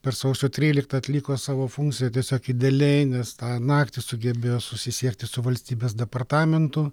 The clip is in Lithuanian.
per sausio tryliktą atliko savo funkciją tiesiog idealiai nes tą naktį sugebėjo susisiekti su valstybės departamentu